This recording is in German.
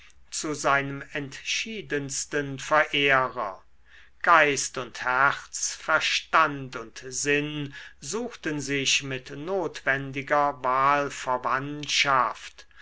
zu seinem entschiedensten verehrer geist und herz verstand und sinn suchten sich mit notwendiger wahlverwandtschaft